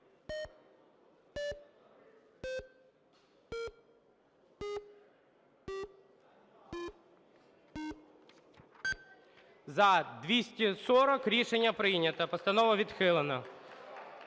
За-240 Рішення прийнято. Постанову відхилено.